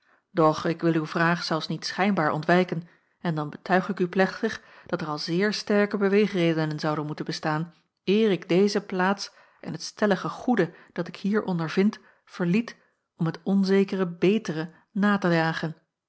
doch ik wil uw vraag zelfs niet schijnbaar ontwijken en dan betuig ik u plechtig dat er al zeer sterke beweegredenen zouden moeten bestaan eer ik deze plaats en het stellige goede dat ik hier ondervind verliet om het onzekere betere na te jagen